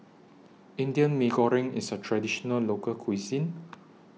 Indian Mee Goreng IS A Traditional Local Cuisine